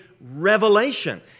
revelation